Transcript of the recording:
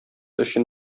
өчен